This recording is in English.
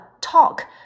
Talk